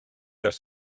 oes